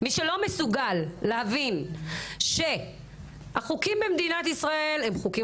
מי שלא מסוגל להבין החוקים במדינת ישראל חוקים